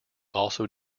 also